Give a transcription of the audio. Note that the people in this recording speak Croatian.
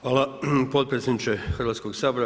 Hvala potpredsjedniče Hrvatskog sabora.